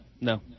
No